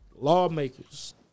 Lawmakers